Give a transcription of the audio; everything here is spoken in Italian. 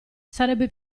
sarebbe